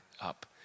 up